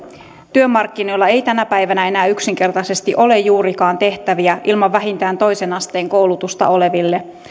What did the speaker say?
työmarkkinoilla ei tänä päivänä enää yksinkertaisesti ole juurikaan tehtäviä ilman vähintään toisen asteen koulutusta oleville